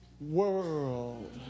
world